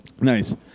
Nice